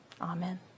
amen